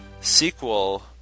sequel